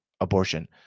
abortion